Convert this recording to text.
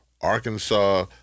Arkansas